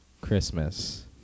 Christmas